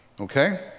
okay